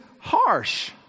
harsh